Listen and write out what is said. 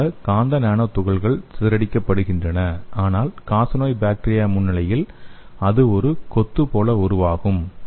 பொதுவாக காந்த நானோ துகள்கள் சிதறடிக்கப்படுகின்றன ஆனால் காசநோய் பாக்டீரியா முன்னிலையில் அது ஒரு கொத்து போல உருவாகும்